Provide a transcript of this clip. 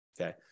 okay